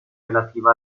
relativa